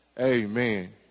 Amen